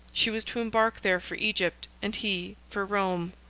she was to embark there for egypt, and he for rome.